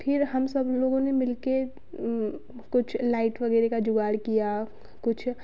फिर हम सब लोगों ने मिल के कुछ लाइट वगैरह का जुगाड़ किया कुछ